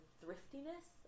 thriftiness